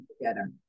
together